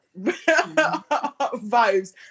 vibes